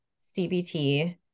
CBT